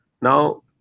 Now